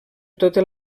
totes